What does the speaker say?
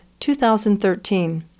2013